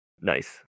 Nice